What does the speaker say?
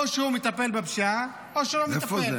או שהוא מטפל בפשיעה או שהוא לא מטפל.